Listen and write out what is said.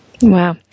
Wow